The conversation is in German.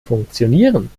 funktionieren